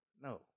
No